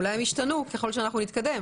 אולי הדעות ישתנו ככל שנתקדם,